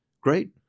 Great